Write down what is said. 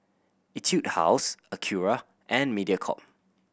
Etude House Acura and Mediacorp